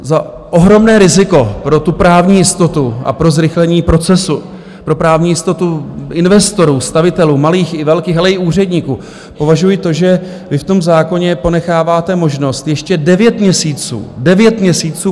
Za ohromné riziko pro právní jistotu a pro zrychlení procesu, pro právní jistotu investorů, stavitelů, malých i velkých, ale i úředníků považuji to, že vy v tom zákoně ponecháváte možnost ještě devět měsíců devět měsíců!